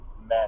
men